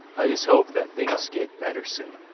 i just hope that things get better soon.